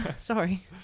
Sorry